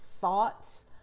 thoughts